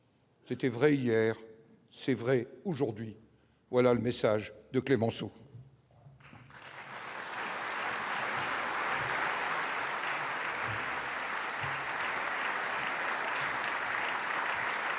C'était vrai hier c'est vrai aujourd'hui, voilà le message de Clémenceau.